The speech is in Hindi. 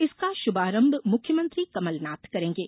इसका शुभारंग मुख्यमंत्री कमलनाथ करेंगे